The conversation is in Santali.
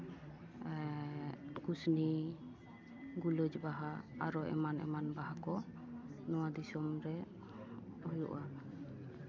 ᱮᱜ ᱠᱩᱥᱱᱤ ᱜᱩᱞᱟᱹᱡᱽ ᱵᱟᱦᱟ ᱟᱨᱚ ᱮᱢᱟᱱ ᱮᱢᱟᱱ ᱵᱟᱦᱟ ᱠᱚ ᱱᱚᱣᱟ ᱫᱤᱥᱚᱢ ᱨᱮ ᱦᱩᱭᱩᱜᱼᱟ